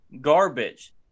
garbage